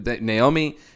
Naomi